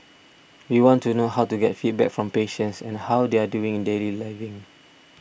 we want to know how to get feedback from patients and how they are doing in daily living